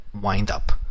wind-up